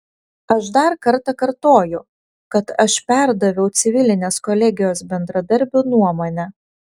aš dar kartą kartoju kad aš perdaviau civilinės kolegijos bendradarbių nuomonę